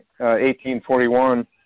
1841